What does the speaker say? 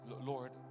Lord